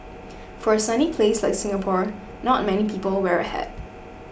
for a sunny place like Singapore not many people wear a hat